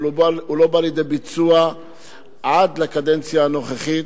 אבל הוא לא בא לידי ביצוע עד לקדנציה הנוכחית.